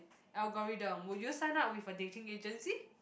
algorithm would you sign up with a dating agency